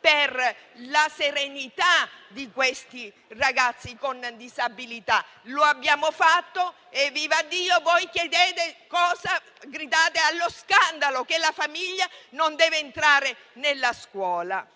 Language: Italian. per la serenità di questi ragazzi con disabilità. Lo abbiamo fatto - vivaddio - e voi gridate allo scandalo dicendo che la famiglia non deve entrare nella scuola.